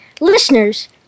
Listeners